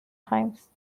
times